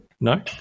No